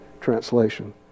Translation